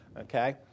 okay